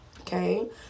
okay